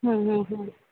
हूं हूं हूं